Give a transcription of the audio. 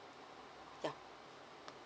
ya